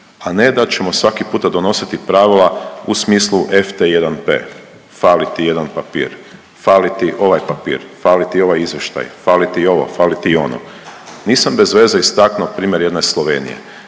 a ne da ćemo svaki puta donositi pravila u smislu FT1P. Fali ti jedan papir, fali ti ovaj papir, fali ti ovaj izvještaj, fali to ovo, fali ti ono. Nisam bez veze istaknuo primjer jedne Slovenije.